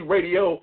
Radio